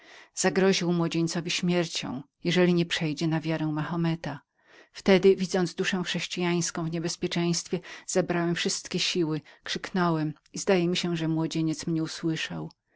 zagroził mu śmiercią jeżeli nie przejdzie na wiarę machometamahometa wtedy widząc duszę chrześcijańską w niebezpieczeństwie zebrałem wszystkie siły krzyknąłem i zdaje mi się że młodzieniec mnie usłyszał